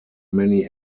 many